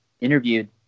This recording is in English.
interviewed